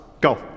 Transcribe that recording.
Go